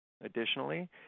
Additionally